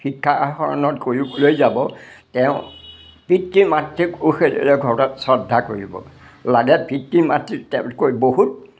শিক্ষা আহৰণ কৰিবলৈ যাব তেওঁ পিতৃ মাতৃক ঘৰত শ্ৰদ্ধা কৰিব লাগে পিতৃ মাতৃ তেওঁতকৈ বহুত